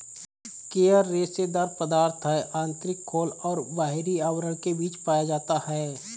coir रेशेदार पदार्थ है आंतरिक खोल और बाहरी आवरण के बीच पाया जाता है